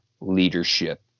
leadership